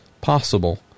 possible